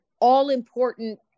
all-important